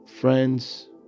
friends